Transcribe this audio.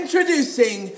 Introducing